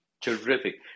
Terrific